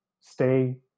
stay